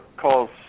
calls